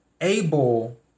able